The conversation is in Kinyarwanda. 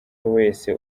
wese